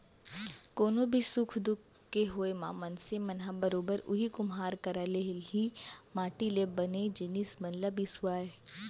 कोनो भी सुख दुख के होय म मनसे मन ह बरोबर उही कुम्हार करा ले ही माटी ले बने जिनिस मन ल बिसावय